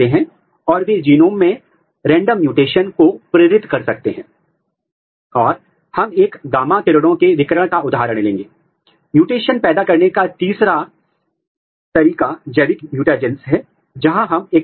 यह एक रैखिक प्लास्मिड है आपके पास इसमें जीन क्लोन किए गए विशिष्ट जीन के टुकड़े के साथ प्लास्मिड है फिर आपने इन विट्रो ट्रांसक्रिप्शन किया है और आपने प्रोब को बनाया है यह आरएनए प्रोब है